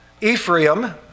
Ephraim